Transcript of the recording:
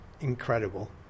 incredible